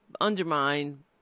undermine